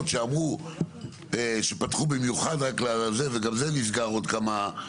שאמרו שפתחו במיוחד רק לזה וגם זה נסגר עוד כמה ימים.